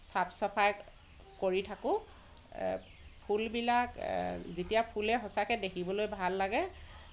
চাফ চাফাই কৰি থাকোঁ ফুলবিলাক যেতিয়া ফুলে সঁচাকৈ দেখিবলৈ ভাল লাগে